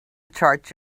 charge